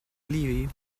levee